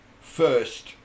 first